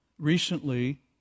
recently